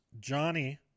Johnny